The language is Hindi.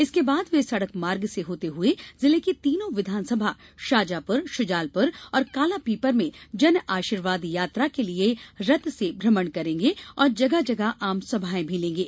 इसके बाद वे सड़क मार्ग से होते हुए जिले की तीनों विधानसभा शाजापुर शुजालपुर और कालापीपल में जन आशीर्वाद यात्रा के लिए रथ से भ्रमण करेंगे और जगह जगह आम सभाएं भी करेंगे